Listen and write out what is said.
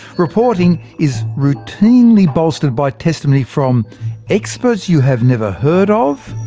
reporting is routinely bolstered by testimony from experts you have never heard of,